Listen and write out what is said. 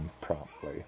promptly